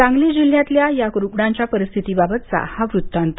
सांगली जिल्ह्यातल्या या रुग्णांच्या परिस्थितीबाबतचा वृत्तांत